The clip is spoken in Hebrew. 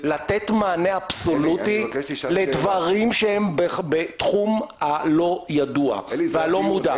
לתת מענה אבסולוטי לדברים שהם בתחום הלא ידוע והלא מודע.